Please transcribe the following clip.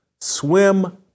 swim